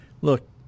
look